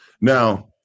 Now